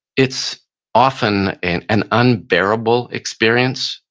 it's often and an unbearable experience.